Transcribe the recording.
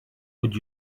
would